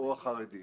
או החרדים